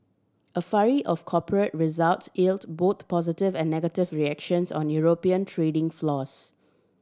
a flurry of corporate results yielded both positive and negative reactions on European trading floors